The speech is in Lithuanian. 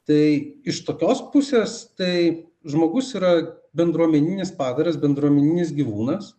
tai iš tokios pusės tai žmogus yra bendruomeninis padaras bendruomeninis gyvūnas